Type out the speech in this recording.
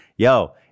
Yo